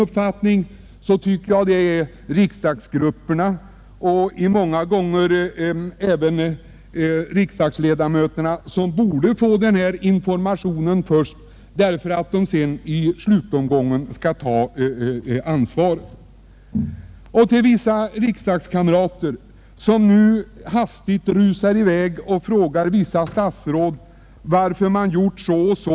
Jag tycker alltså att riksdagsgrupperna och många gånger även riksdagsledamöterna bör få informationen först, eftersom de i slutomgången skall ta ansvaret. Jag vill också ställa en fråga till vissa riksdagskamrater som nu rusar i väg och frågar vissa statsråd varför de gjort så och så.